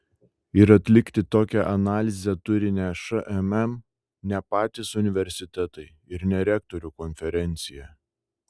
ir atlikti tokią analizę turi ne šmm ne patys universitetai ir ne rektorių konferencija